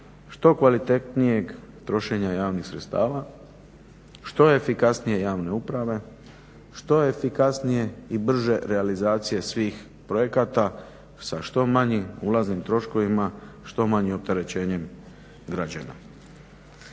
što kvalitetnijeg trošenja javnih sredstava, što efikasnije javne uprave, što efikasnije i brže realizacije svih projekata sa što manjim ulaznim troškovima, što manjim opterećenjem građana.